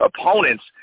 opponents